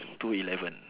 two eleven